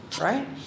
right